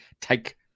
take